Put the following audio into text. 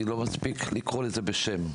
כי לא מספיק לקרוא לזה בשם,